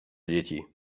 děti